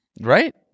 Right